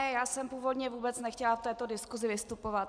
Já jsem původně vůbec nechtěla v této diskusi vystupovat.